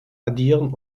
addieren